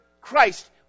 Christ